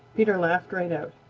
peter laughed right out.